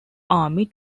army